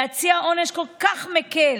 להציע עונש כל כך מקל